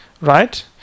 right